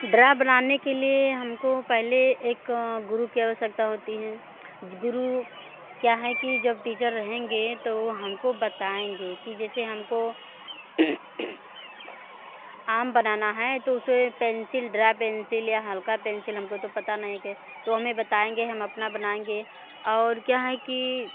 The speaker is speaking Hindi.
ड्रा बनाने के लिए हमको पहले एक गुरु की आवश्यकता होती हैं गुरु क्याँ हैं कि जब टीचर रहेंगे तो हमको बताएंगे कि जैसे हमको आम बनाना है तो उसे पेंसिल ड्रा पेंसिल या हल्का पेंसिल हमको तो पता नहीं के तो हमें बताएंगे हम अपना बनाएंगे और क्या है कि